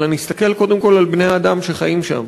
אלא נסתכל קודם כול על בני-האדם שחיים שם,